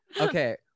Okay